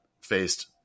faced